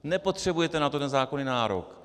Nepotřebujete na to zákonný nárok.